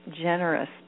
generous